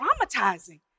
traumatizing